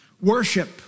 worship